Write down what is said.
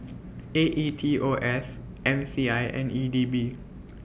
A E T O S M C I and E D B